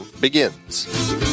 begins